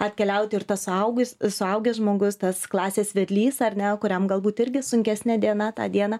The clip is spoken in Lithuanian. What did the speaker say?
atkeliauti ir tas suaugus suaugęs žmogus tas klasės vedlys ar ne kuriam galbūt irgi sunkesnė diena tą dieną